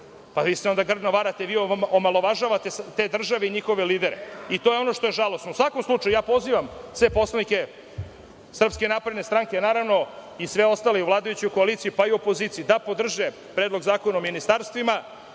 vi se onda grdno varate i omalovažavate te države i njihove lider. I to je ono što je žalosno.U svakom slučaju, ja pozivam sve poslanike SNS, a naravno i sve ostale u vladajućoj koaliciji, pa i u opoziciji, da podrže Predlog zakona o ministarstvima.